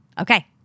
Okay